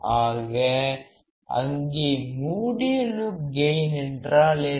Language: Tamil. ஆக அங்கே மூடிய லூப் கெயின் என்றால் என்ன